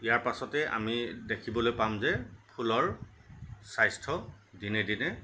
ইয়াৰ পাছতে আমি দেখিবলৈ পাম যে ফুলৰ স্বাস্থ্য় দিনে দিনে